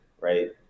right